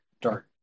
dark